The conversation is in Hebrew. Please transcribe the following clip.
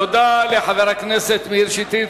תודה לחבר הכנסת מאיר שטרית.